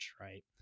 right